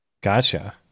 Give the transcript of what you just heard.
Gotcha